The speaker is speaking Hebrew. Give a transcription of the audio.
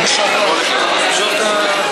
שמענו